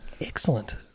Excellent